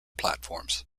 platforms